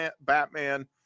batman